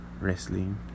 wrestling